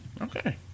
Okay